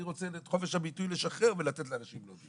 אני רוצה את חופש הביטוי לשחרר ולתת לאנשים להודיע.